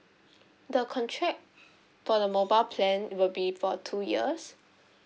the contract for the mobile plan it will be for two years